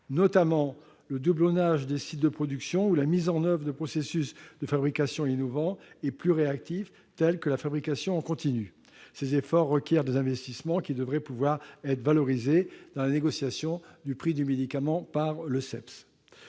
notamment au doublonnage des sites de production ou à la mise en oeuvre de processus de fabrication innovants et plus réactifs, telle la fabrication en continu. Ces efforts requièrent des investissements qui devraient pouvoir être valorisés dans le cadre de la fixation du prix des médicaments par le CEPS.